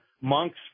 monks